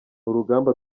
urugamba